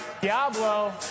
Diablo